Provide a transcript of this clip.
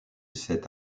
cet